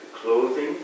clothing